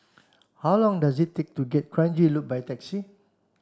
how long does it take to get Kranji Loop by taxi